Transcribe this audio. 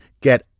get